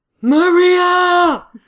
Maria